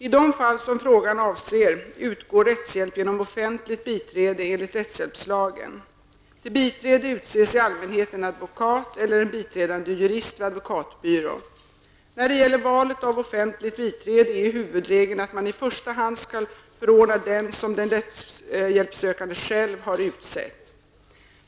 I de fall som frågan avser utgår rättshjälp genom offentligt biträde enligt rättshjälpslagen När det gäller valet av offentligt biträde är huvudregeln att man i första hand skall förordna den som den rättshjälpssökande själv har utsett.